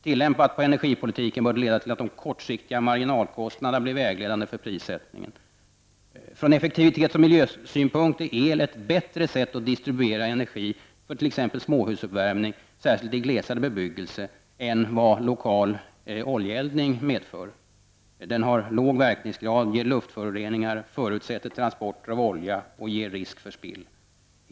Tillämpat på energipolitiken bör det leda till att de kortsiktiga marginalkostnaderna blir vägledande för prissättningen. Från effektivitets och miljösynpunkt är el ett bättre sätt att transportera energi för småhusuppvärmning, särskilt i glesare bebyggelse, än lokal oljeeldning som har låg verkningsgrad, ger luftföroreningar, förutsätter transporter av olja och ger risk för spill.